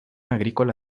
agrícola